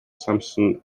samson